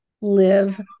live